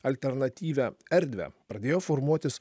alternatyvią erdvę pradėjo formuotis